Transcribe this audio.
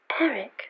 Eric